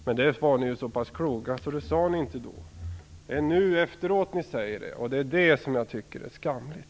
Men ni var ju så pass kloka att ni inte sade det då. Det är nu efteråt ni säger det, och det är det jag tycker är skamligt.